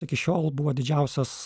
iki šiol buvo didžiausias